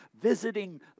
visiting